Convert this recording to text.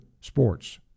sports